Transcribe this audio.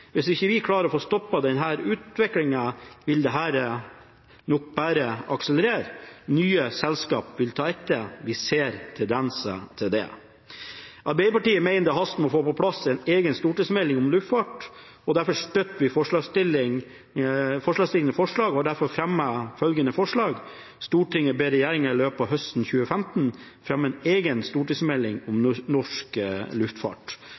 Hvis vi ikke klarer å få stoppet denne utviklingen, vil nok dette bare akselerere – nye selskap vil ta etter, vi ser tendenser til det. Arbeiderpartiet mener det haster med å få på plass en egen stortingsmelding om luftfart, derfor støtter vi forslagstillernes forslag og har derfor fremmet følgende forslag: «Stortinget ber regjeringen i løpet av høsten 2015 fremme en egen stortingsmelding om norsk luftfart.»